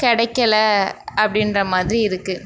கிடைக்கல அப்படின்ற மாதிரி இருக்கு